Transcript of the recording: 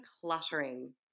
cluttering